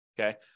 okay